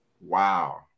wow